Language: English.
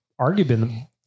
arguably